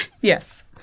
Yes